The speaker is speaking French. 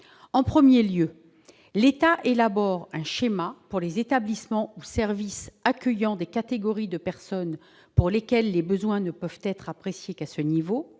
En premier lieu, l'État élabore un schéma pour les établissements ou services accueillant des catégories de personnes dont les besoins ne peuvent être appréciés qu'à ce niveau.